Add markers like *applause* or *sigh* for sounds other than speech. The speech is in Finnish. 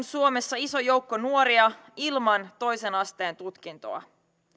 *unintelligible* suomessa iso joukko nuoria ilman toisen asteen tutkintoa